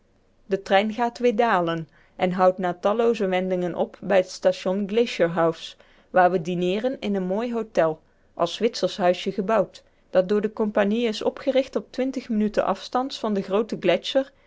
de trein gaat weer dalen en houdt na tallooze wendingen op bij het station glacier house waar we dineeren in een mooi hotel als zwitsersch huisje gebouwd dat door de compagnie is opgericht op twintig minuten afstands van den grooten